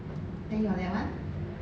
then your that one